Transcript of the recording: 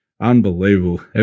Unbelievable